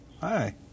Hi